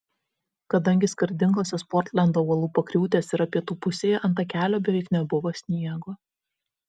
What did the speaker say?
kadangi skardingosios portlendo uolų pakriūtės yra pietų pusėje ant takelio beveik nebuvo sniego